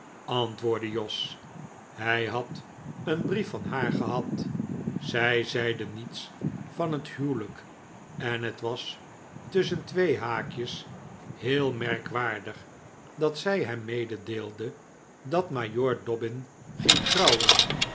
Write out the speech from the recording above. antwoordde jos hij had een brief van haar gehad zij zeide niets van het huwelijk en het was tusschen twee haakjes heel merkwaardig dat zij hem mededeelde dat majoor dobbin ging trouwen